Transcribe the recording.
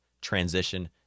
transition